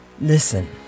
listen